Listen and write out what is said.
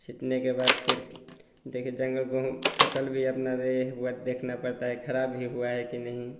छिड़कने के बाद फ़िर देख जंगल गेहूँ फसल भी अब ना रहे वा देखना पड़ता हैं खराब भी हुआ हैं कि नहीं